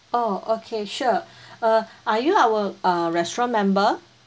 oh okay sure err are you our err restaurant member